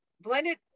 blended